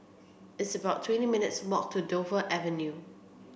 it's about twenty minutes' walk to Dover Avenue